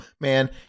man